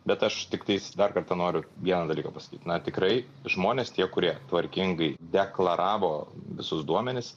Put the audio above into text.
bet aš tiktais dar kartą noriu vieną dalyką pasakyt na tikrai žmonės tie kurie tvarkingai deklaravo visus duomenis